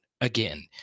again